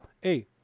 hey